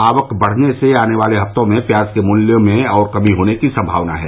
आवक बढ़ने से आने वाले हफ्तों में प्याज के मूल्यों में और कमी होने की संभावना है